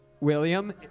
William